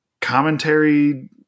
commentary